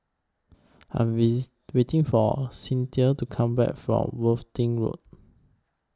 I Am with waiting For Cynthia to Come Back from Worthing Road